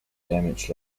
damaged